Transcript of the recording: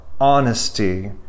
honesty